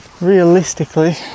Realistically